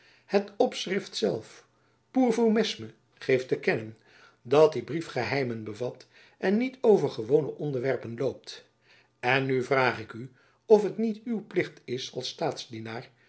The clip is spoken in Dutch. het opschrift zelf pour vous mesme geeft te kennen dat die brief geheimen bevat en niet over gewone onderwerpen loopt en nu vraag ik u of het niet uw plicht is als